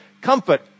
comfort